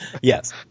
Yes